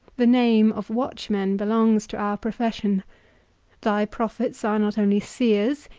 the name of watchmen belongs to our profession thy prophets are not only seers,